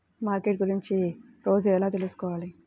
Market గురించి రోజు ఎలా తెలుసుకోవాలి?